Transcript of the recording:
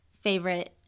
favorite